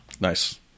Nice